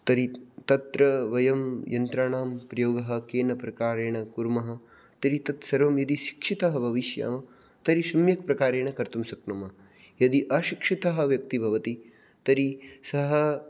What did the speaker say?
तर्हि तत्र वयं यन्त्राणां प्रयोगः केन प्रकारेण कुर्मः तर्हि तत् सर्वं यदि शिक्षितः भविष्यामः तर्हि सम्यक् प्रकारेण कर्तुं शक्नुमः यदि अशिक्षितः व्यक्तिः भवति तर्हि सः